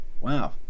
Wow